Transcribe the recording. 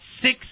six